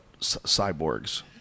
cyborgs